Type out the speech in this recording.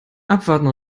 abwarten